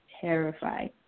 terrified